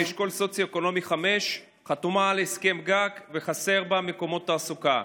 באשכול סוציו-אקונומי 5. היא חתומה על הסכם גג וחסרים בה מקומות תעסוקה.